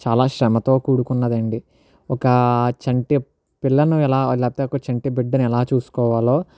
చాలా శ్రమతో కూడుకున్నదండి ఒక చంటి పిల్లను ఎలా లేకపోతే చంటి బిడ్డని ఎలా చూసుకోవాలో